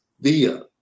via